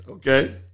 Okay